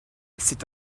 c’est